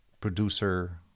producer